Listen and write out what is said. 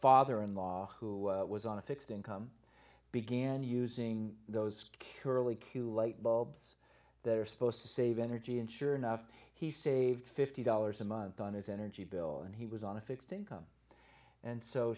father in law who was on a fixed income began using those curiously q light bulbs that are supposed to save energy and sure enough he saved fifty dollars a month on his energy bill and he was on a fixed income and so